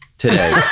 today